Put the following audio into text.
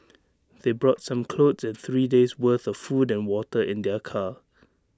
they brought some clothes and three days' worth of food and water in their car